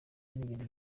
ingendo